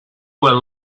were